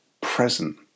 present